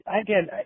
again